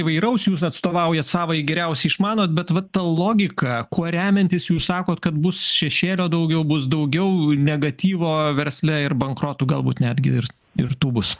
įvairaus jūs atstovaujat savąjį geriausiai išmanote bet va ta logika kuo remiantis jūs sakot kad bus šešėlio daugiau bus daugiau negatyvo versle ir bankrotų galbūt netgi ir ir tų bus